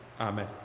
Amen